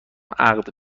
عقد